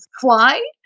fly